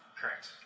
Correct